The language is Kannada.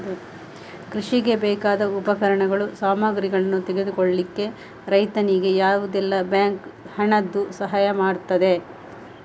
ಕೃಷಿಗೆ ಬೇಕಾದ ಉಪಕರಣಗಳು, ಸಾಮಗ್ರಿಗಳನ್ನು ತೆಗೆದುಕೊಳ್ಳಿಕ್ಕೆ ರೈತನಿಗೆ ಯಾವುದೆಲ್ಲ ಬ್ಯಾಂಕ್ ಹಣದ್ದು ಸಹಾಯ ಮಾಡ್ತದೆ?